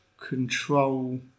control